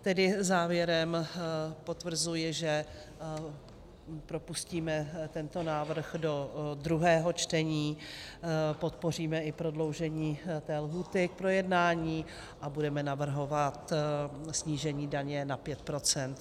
Tedy závěrem potvrzuji, že propustíme tento návrh do druhého čtení, podpoříme i prodloužení lhůty k projednání a budeme navrhovat snížení daně na 5 %.